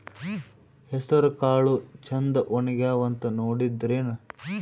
ಹೆಸರಕಾಳು ಛಂದ ಒಣಗ್ಯಾವಂತ ನೋಡಿದ್ರೆನ?